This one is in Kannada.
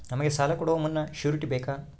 ನಮಗೆ ಸಾಲ ಕೊಡುವ ಮುನ್ನ ಶ್ಯೂರುಟಿ ಬೇಕಾ?